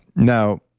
now,